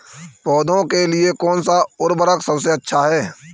पौधों के लिए कौन सा उर्वरक सबसे अच्छा है?